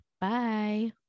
Bye